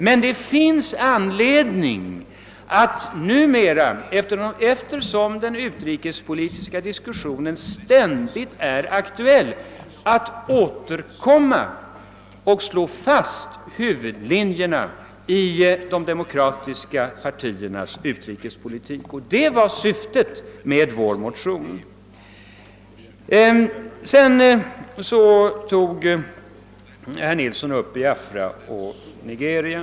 Men eftersom den utrikespolitiska diskussionen ständigt är aktuell finns det anledning att återkomma och slå fast huvudlinjerna i de demokratiska partiernas utrikespolitik. Detta var syftet med vår motion. Sedan tog herr Nilsson upp Biafra och Nigeria.